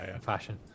fashion